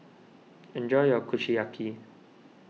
enjoy your Kushiyaki